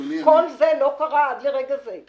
כל זה לא קרה עד רגע זה.